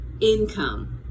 income